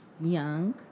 young